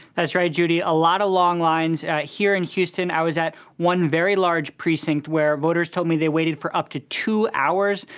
that's right, judy. a lot of long lines. here in houston, i was at one very large precinct, where voters told me they waited for up to two hours.